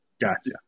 Gotcha